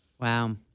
wow